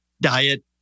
diet